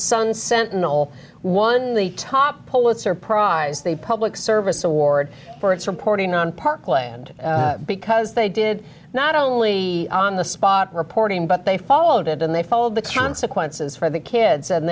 sun sentinel won the top pulitzer prize they public service award for its reporting on parkland because they did not only on the spot reporting but they followed it and they followed the consequences for the kids and